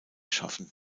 schaffen